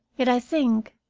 yet, i think,